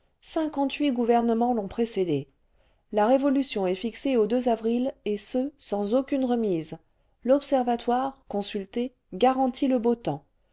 cinquante-huit gouvernements l'ont précédé la révolution est fixée au avril et ce sans aucune remise l'observatoire consulté garantit le beau temps